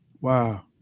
Wow